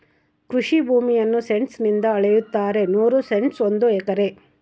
ಕೃಷಿ ಭೂಮಿಯನ್ನು ಸೆಂಟ್ಸ್ ನಿಂದ ಅಳೆಯುತ್ತಾರೆ ನೂರು ಸೆಂಟ್ಸ್ ಒಂದು ಎಕರೆ